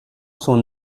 son